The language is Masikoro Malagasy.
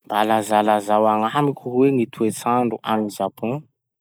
Mba lazalazao agnamiko hoe gny toetsandro agny Japon?